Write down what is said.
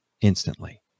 instantly